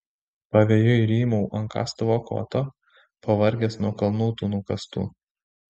pavėjui rymau ant kastuvo koto pavargęs nuo kalnų tų nukastų